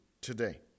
today